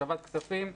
השבת כספים.